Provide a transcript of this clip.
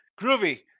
Groovy